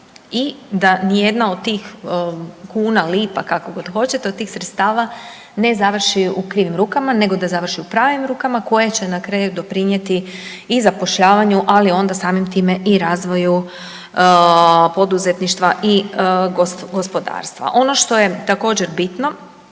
i da nijedna od tih kuna, lipa, kako god hoćete, od tih sredstava ne završi u krivim rukama nego da završi u pravim rukama koje će na kraju doprinjeti i zapošljavanju, ali onda samim time i razvoju poduzetništva i gospodarstva. Ono što je također bitno